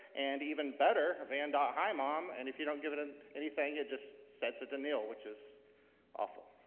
and even better, van dot hi mom, and if you don't give it and anything it just sets it to nil, which is awful.